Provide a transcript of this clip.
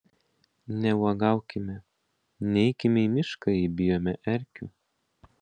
neuogaukime neikime į mišką jei bijome erkių